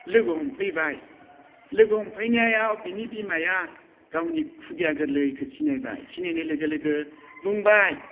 लोगो हमफैबाय लोगो हमफैनायाव बिनि बिमाया गावनि खुदिया गोरलैखौ सिनायबाय सिनायनाय लोगो लोगो बुंबाय